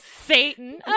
Satan